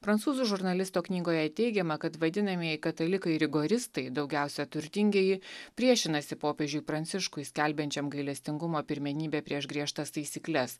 prancūzų žurnalisto knygoje teigiama kad vadinamieji katalikai rigoristai daugiausia turtingieji priešinasi popiežiui pranciškui skelbiančiam gailestingumo pirmenybę prieš griežtas taisykles